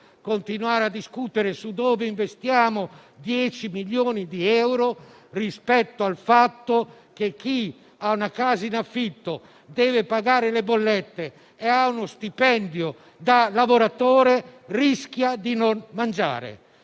continuare a discutere su dove investiamo 10 milioni di euro se poi chi ha una casa in affitto deve pagare le bollette e ha uno stipendio da lavoratore rischia di non mangiare.